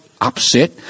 upset